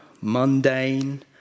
mundane